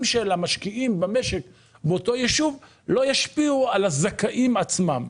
של המשקיעים במשק באותו ישבו לא ישפיעו על הזכאים עצמם.